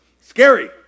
Scary